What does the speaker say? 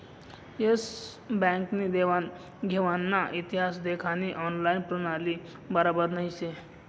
S bank नी देवान घेवानना इतिहास देखानी ऑनलाईन प्रणाली बराबर नही शे